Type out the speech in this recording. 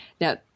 Now